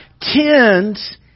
tends